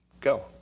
Go